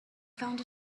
found